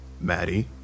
maddie